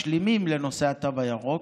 משלימים, לנושא התו הירוק,